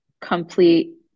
complete